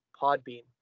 Podbean